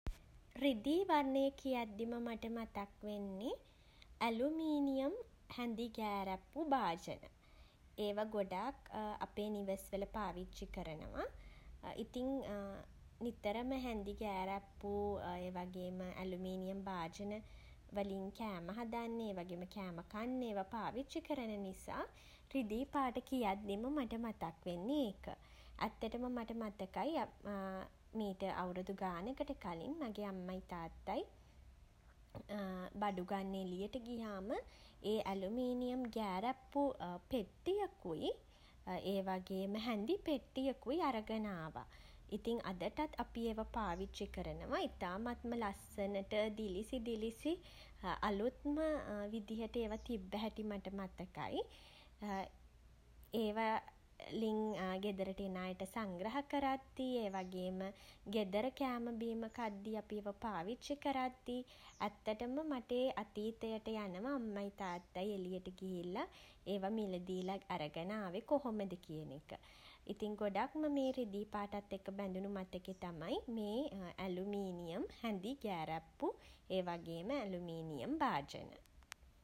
රිදී වර්ණයේ කියද්දිම මට මතක්වෙන්නෙ ඇලුමීනියම් හැඳි ගෑරප්පු භාජන. ඒවා ගොඩාක් අපේ නිවෙස්වල පාවිච්චි කරනවා. ඉතින් නිතරම හැඳි ගෑරප්පු ඒ වගේම ඇලුමිනියම් භාජන වලින් කෑම හදන්නේ ඒ වගේම කෑම කන්නේ. ඒවා පාවිච්චි කරන නිසා රිදී පාට කියද්දිම මට මතක් වෙන්නේ ඒක. ඇත්තටම මට මතකයි මීට අවුරුදු ගාණකට කලින් මගේ අම්මයි තාත්තයි බඩු ගන්න එළියට ගියාම ඒ ඇලුමීනියම් ගෑරප්පු පෙට්ටියකුයි හැඳි පෙට්ටියකුයි අරගෙන ආවා. ඉතින් අදටත් අපි ඒවා පාවිච්චි කරනවා. ඉතාමත්ම ලස්සනට දිලිසි දිලිසි අලුත්ම විදිහට ඒවා තිබ්බ හැටි මට මතකයි ඒවා ලින් ගෙදරට එන අයට සංග්‍රහ කරද්දී ඒ වගේම ගෙදර කෑම බීම කද්දි අපිව පාවිච්චි කරද්දී ඇත්තටම මට ඒ අතීතයට යනවා අම්මයි තාත්තයි එළියට ගිහිල්ල ඒවා මිලදී ලක් අරගෙන ආවේ කොහොමද කියන එක. ඉතින් ගොඩක්ම මේ රිදී පාටත් එක්ක බැඳුණු මතකෙ තමයි මේ ඇලුමීනියම් හැඳි ගෑරප්පු ඒ වගේම ඇලුමිනියම් භාජන.